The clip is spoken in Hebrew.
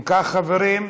אם כך, חברים,